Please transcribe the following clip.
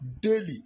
daily